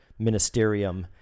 ministerium